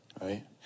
Right